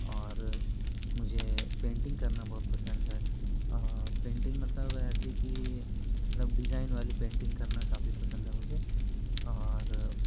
और मुझे पेंटिंग करना बहुत पसंद है पेंटिंग मतलब ऐसे कि मतलब डिज़ाइन वाली पेंटिंग करना काफ़ी पसंद है मुझे और